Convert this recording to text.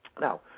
Now